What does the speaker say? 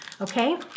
Okay